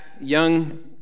young